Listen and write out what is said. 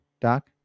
doc